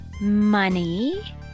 money